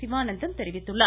சிவாநந்தம் தெரிவித்துள்ளார்